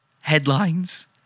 headlines